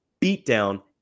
beatdown